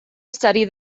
study